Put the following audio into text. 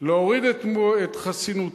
להוריד את חסינותי